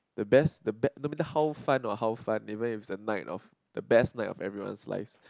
the best the be~ no matter how fine or how fun the where is the night of the best night of everyone's lives